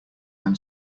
when